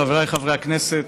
חבריי חברי הכנסת,